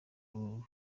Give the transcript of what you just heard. uru